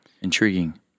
Intriguing